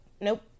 Nope